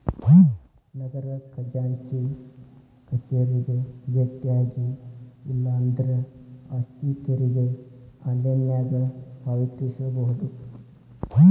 ನಗರ ಖಜಾಂಚಿ ಕಚೇರಿಗೆ ಬೆಟ್ಟ್ಯಾಗಿ ಇಲ್ಲಾಂದ್ರ ಆಸ್ತಿ ತೆರಿಗೆ ಆನ್ಲೈನ್ನ್ಯಾಗ ಪಾವತಿಸಬೋದ